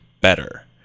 better